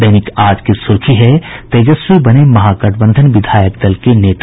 दैनिक आज की सुर्खी है तेजस्वी बने महागठबंधन विधायक दल के नेता